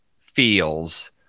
feels